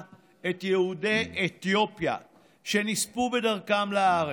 את זכר יהודי אתיופיה שנספו בדרכם לארץ.